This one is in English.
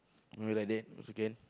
maybe like that also can